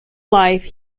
life